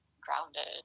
grounded